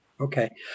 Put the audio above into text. Okay